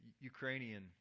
Ukrainian